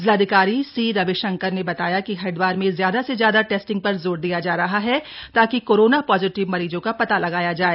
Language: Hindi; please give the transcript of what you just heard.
जिलाधिकारी सी रविशंकर ने बताया कि हरिद्वार में ज्यादा से ज्यादा टेस्टिंग पर जोर दिया जा रहा है ताकि कोरोना पॉजिटिव मरीजों का पता लगाया जाए